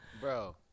Bro